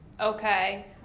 okay